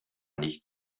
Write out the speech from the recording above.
nicht